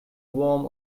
warm